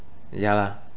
ya lah